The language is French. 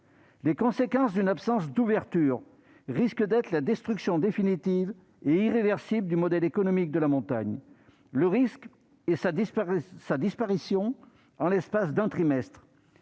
Les conséquences d'une absence d'ouverture risquent d'être la destruction définitive et irréversible du modèle économique de la montagne. Nous risquons de le voir disparaître en l'espace d'un trimestre.